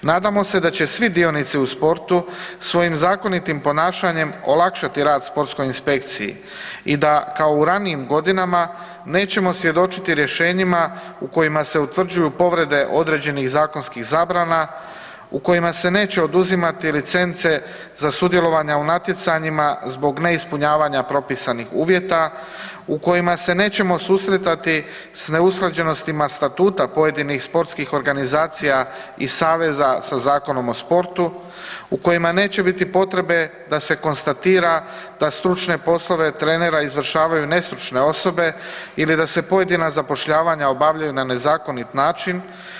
Nadamo se da će svi dionici u sportu svojim zakonitim ponašanjem olakšati rad sportskoj inspekciji i da kao u ranijim godinama nećemo svjedočiti rješenjima u kojima se utvrđuju povrede određenih zakonskih zabrana, u kojima se neće oduzimati licence za sudjelovanja u natjecanjima zbog neispunjavanja propisanih uvjeta, u kojima se nećemo susretati s neusklađenostima statuta pojedinih sportskih organizacija i saveza sa Zakonom o sportu, u kojima neće biti potrebe da se konstatira da stručne poslove trenera izvršavaju nestručne osobe ili da se pojedina zapošljavanja obavljaju na nezakonit način.